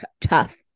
tough